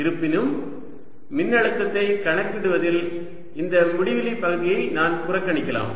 இருப்பினும் மின்னழுத்தத்தை கணக்கிடுவதில் இந்த முடிவிலி பகுதியை நான் புறக்கணிக்கலாம்